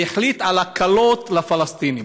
והוא החליט על הקלות לפלסטינים.